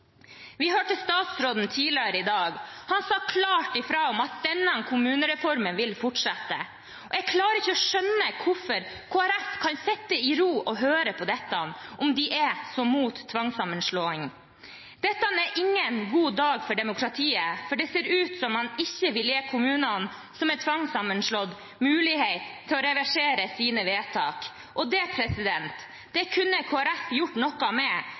Vi hørte statsråden tidligere i dag. Han sa klart fra om at denne kommunereformen vil fortsette. Jeg klarer ikke å skjønne hvordan Kristelig Folkeparti kan sitte i ro og høre på dette om de er så imot tvangssammenslåing. Dette er ingen god dag for demokratiet, for det ser ut som om man ikke vil gi kommunene som er tvangssammenslått, mulighet til å reversere sine vedtak. Det kunne Kristelig Folkeparti gjort noe med,